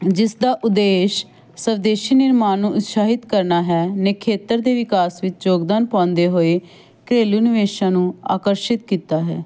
ਜਿਸ ਦਾ ਉਦੇਸ਼ ਸਵਦੇਸ਼ੀ ਨਿਰਮਾਣ ਨੂੰ ਉਤਸਾਹਿਤ ਕਰਨਾ ਹੈ ਨਿਖੇਤਰ ਦੇ ਵਿਕਾਸ ਵਿੱਚ ਯੋਗਦਾਨ ਪਾਉਂਦੇ ਹੋਏ ਘਰੇਲੂ ਨਿਵੇਸ਼ਾਂ ਨੂੰ ਆਕਰਸ਼ਿਤ ਕੀਤਾ ਹੈ